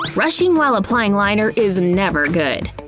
rushing while applying liner is never good,